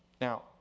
Now